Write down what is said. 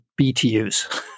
BTUs